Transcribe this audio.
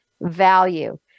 value